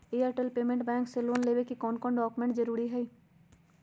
Airtel payments bank से loan लेवे के ले कौन कौन डॉक्यूमेंट जरुरी होइ?